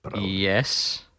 Yes